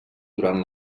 durant